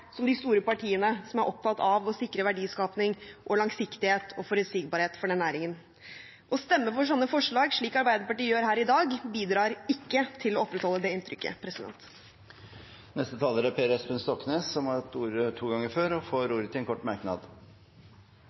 som de store partiene som er opptatt av å sikre verdiskaping, langsiktighet og forutsigbarhet for den næringen. Å stemme for sånne forslag, slik Arbeiderpartiet gjør her i dag, bidrar ikke til å opprettholde det inntrykket. Representanten Per Espen Stoknes har hatt ordet to ganger tidligere og får ordet til en kort merknad,